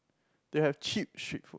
they have cheap street